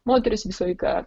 moteris visą laiką